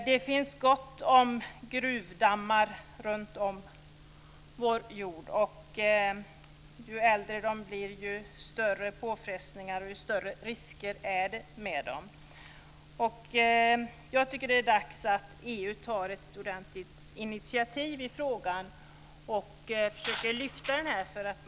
Det finns gott om gruvdammar runt om på vår jord, och ju äldre de blir, desto större påfrestningar och desto större risker innebär de. Jag tycker att det är dags att EU tar ett ordentligt initiativ i frågan och försöker lyfta fram den.